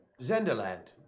Zenderland